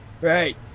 Right